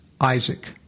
Isaac